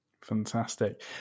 fantastic